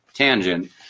tangent